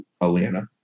Atlanta